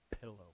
pillow